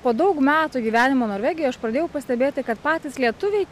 po daug metų gyvenimo norvegijoj aš pradėjau pastebėti kad patys lietuviai